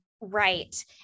Right